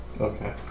Okay